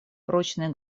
прочные